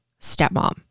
stepmom